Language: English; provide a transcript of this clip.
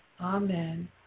Amen